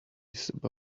stories